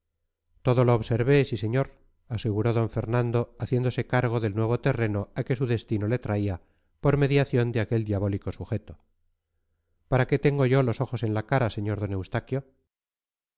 todo lo observé sí señor aseguró don fernando haciéndose cargo del nuevo terreno a que su destino le traía por mediación de aquel diabólico sujeto para qué tengo yo los ojos en la cara sr d eustaquio